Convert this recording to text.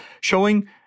showing